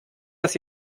das